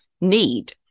need